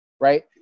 Right